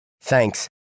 Thanks